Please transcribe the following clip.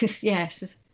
yes